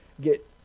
get